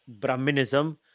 Brahminism